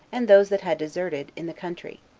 and those that had deserted, in the country,